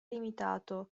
limitato